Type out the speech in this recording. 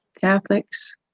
Catholics